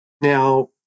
Now